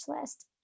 list